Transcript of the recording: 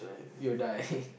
you'll die